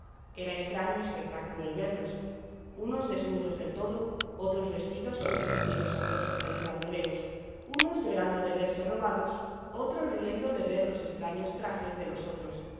era estraño espectáculo el verlos unos desnudos del todo otros vestidos con los vestidos astrosos de los bandoleros unos llorando de verse robados otros riendo de ver los estraños trajes de los otros